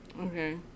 Okay